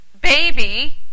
baby